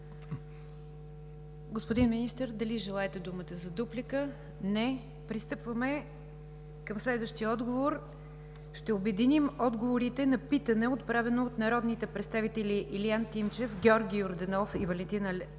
Господин Министър, желаете ли думата за дуплика? Не, благодаря. Пристъпваме към следващия отговор. Ще обединим отговорите на питане, отправено от народните представители Илиян Тимчев, Георги Йорданов и Валентина